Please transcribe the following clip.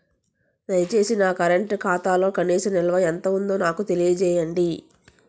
దయచేసి నా కరెంట్ ఖాతాలో కనీస నిల్వ ఎంత ఉందో నాకు తెలియజేయండి